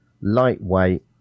lightweight